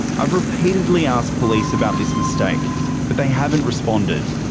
i've repeatedly asked police about this mistake but they haven't responded.